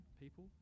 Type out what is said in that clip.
people